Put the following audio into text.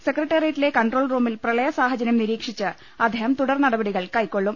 സെക്ര ട്ടറിയേറ്റിലെ കൺട്രോൾ റൂമിൽ പ്രളയ സാഹചര്യം നിരീക്ഷിച്ച് അദ്ദേഹം തുടർനടപടികൾ കൈക്കൊള്ളും